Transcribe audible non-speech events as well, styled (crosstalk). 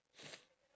(noise)